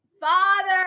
Father